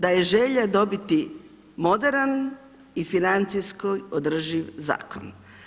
Da je želja dobiti moderan i financijski održiv Zakon.